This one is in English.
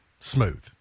smooth